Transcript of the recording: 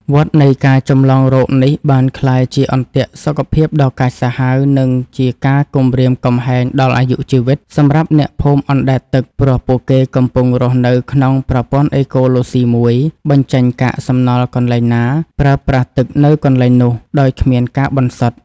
វដ្តនៃការចម្លងរោគនេះបានក្លាយជាអន្ទាក់សុខភាពដ៏កាចសាហាវ និងជាការគំរាមកំហែងដល់អាយុជីវិតសម្រាប់អ្នកភូមិអណ្តែតទឹក ព្រោះពួកគេកំពុងរស់នៅក្នុងប្រព័ន្ធអេកូឡូស៊ីមួយដែល បញ្ចេញកាកសំណល់កន្លែងណា ប្រើប្រាស់ទឹកនៅកន្លែងនោះ ដោយគ្មានការបន្សុទ្ធ។